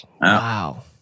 wow